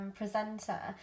presenter